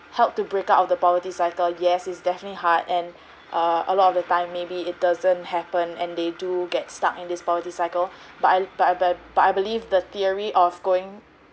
help to break out of the poverty cycle yes it's definitely hard and err a lot of the time maybe it doesn't happen and they do get stuck in this poverty cycle but I but I but I but I believe the theory of going